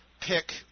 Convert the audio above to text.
pick